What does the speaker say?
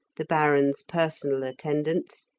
the baron's personal attendants,